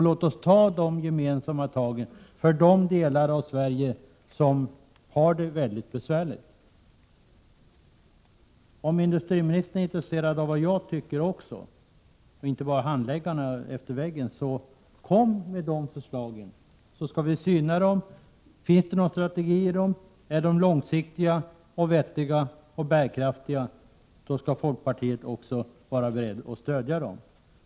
Låt oss ta de gemensamma tagen för de delar av Sverige som har det mycket besvärligt. Lägg fram era förslag, så skall vi syna dem. Om det finns någon strategi i dem, om de är långsiktiga, vettiga och bärkraftiga, är folkpartiet berett att stödja dem.